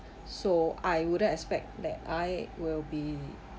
so I wouldn't expect that I will be